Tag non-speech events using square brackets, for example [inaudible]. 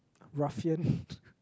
ruffian [breath]